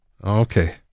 Okay